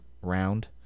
round